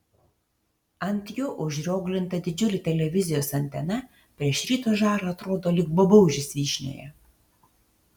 ant jo užrioglinta didžiulė televizijos antena prieš ryto žarą atrodo lyg babaužis vyšnioje